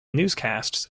newscasts